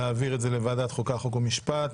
נפגעי עבירה (תיקון חובת יידוע נפגעי